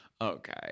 Okay